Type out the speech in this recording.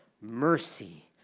mercy